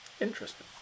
Interesting